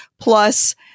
plus